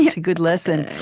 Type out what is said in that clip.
yeah a good lesson. and